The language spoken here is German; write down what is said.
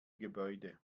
gebäude